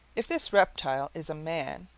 if this reptile is a man,